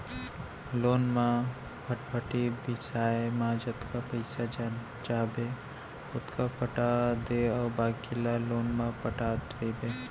loan म फटफटी बिसाए म जतका पइसा चाहबे ओतका पटा दे अउ बाकी ल लोन म पटात रइबे